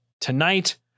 tonight